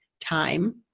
time